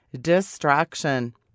distraction